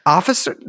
officer